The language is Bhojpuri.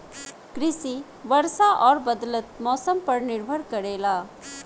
कृषि वर्षा और बदलत मौसम पर निर्भर करेला